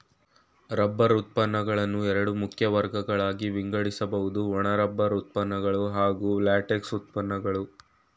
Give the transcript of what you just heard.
rubber ಉತ್ಪನ್ನಗಳನ್ನು ಎರಡು ಮುಖ್ಯ ವರ್ಗಗಳಾಗಿ ವಿಂಗಡಿಸ್ಬೋದು ಒಣ ರಬ್ಬರ್ ಉತ್ಪನ್ನಗಳು ಹಾಗೂ ಲ್ಯಾಟೆಕ್ಸ್ ಉತ್ಪನ್ನಗಳು